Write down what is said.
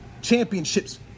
championships